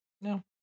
No